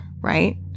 right